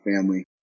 family